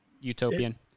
utopian